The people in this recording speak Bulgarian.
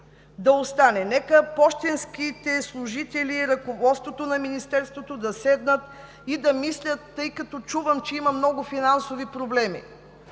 да остане. Нека пощенските служители, ръководството на Министерството да седнат и да мислят, тъй като чувам, че има много финансови проблеми,